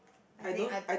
I think I